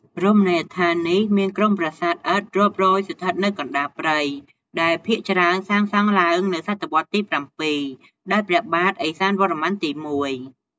រមណីយដ្ឋាននេះមានក្រុមប្រាសាទឥដ្ឋរាប់រយស្ថិតនៅកណ្តាលព្រៃ ដែលភាគច្រើនសាងសង់ឡើងនៅសតវត្សទី ៧ ដោយព្រះបាទឦសានវរ្ម័នទី១។